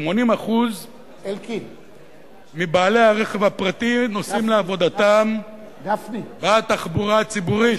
80% מבעלי הרכב הפרטי נוסעים לעבודתם בתחבורה הציבורית.